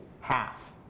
half